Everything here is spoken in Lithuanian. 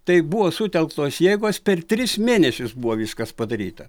taip buvo sutelktos jėgos per tris mėnesius buvo viskas padaryta